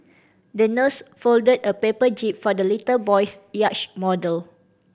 the nurse folded a paper jib for the little boy's yacht model